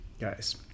guys